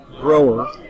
grower